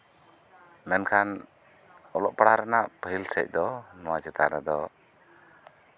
ᱢᱮᱱᱠᱷᱟᱱ ᱚᱞᱚᱜ ᱯᱟᱲᱦᱟᱜ ᱨᱮᱭᱟᱜ ᱯᱟᱹᱦᱤᱞ ᱥᱮᱫ ᱫᱚ ᱱᱚᱶᱟ ᱪᱮᱛᱟᱱ ᱨᱮᱫᱚ